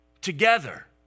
together